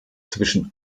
zwischen